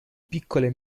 piccole